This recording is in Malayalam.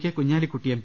K Kunhalikutty M